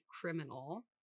criminal